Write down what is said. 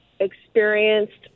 experienced